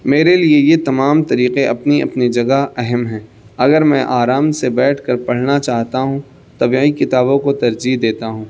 میرے لیے یہ تمام طریقے اپنی اپنی جگہ اہم ہیں اگر میں آرام سے بیٹھ کر پڑھنا چاہتا ہوں طبعی کتابوں کو ترجیح دیتا ہوں